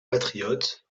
patriote